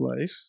life